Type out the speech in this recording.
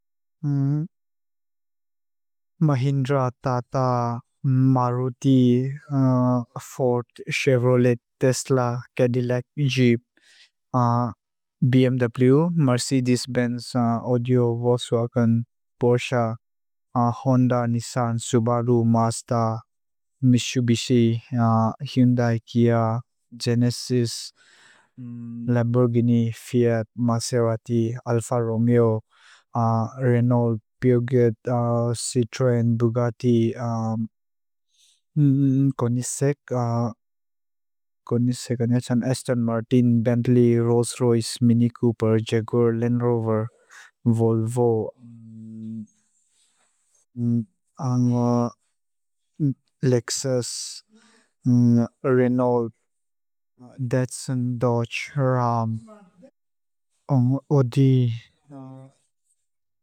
Mahindra, Tata, Maruti, Ford, Chevrolet, Tesla, Cadillac, Jeep, BMW, Mercedes-Benz, Audi, Volkswagen, Porsche, Honda, Nissan, Subaru, Mazda, Mitsubishi, Hyundai, Kia, Genesis, Lamborghini, Fiat, Maserati, Alfa Romeo, Renault, Peugeot, Citroen, Bugatti, Koenigsegg, Aston Martin, Bentley, Rolls-Royce, Mini Cooper, Jaguar, Land Rover, Volvo, Lexus, Renault, Datsun, Dodge, Ram, Audi,